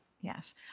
Yes